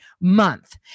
month